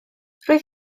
roedd